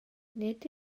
nid